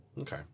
Okay